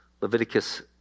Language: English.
Leviticus